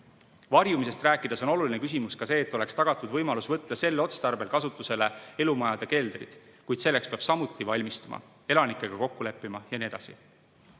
Varjumisest rääkides on oluline küsimus see, et oleks tagatud võimalus võtta sel otstarbel kasutusele elumajade keldrid, kuid selleks peab samuti valmistuma, elanikega kokku leppima ja nii edasi.